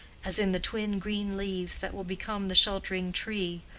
as in the twin green leaves that will become the sheltering tree,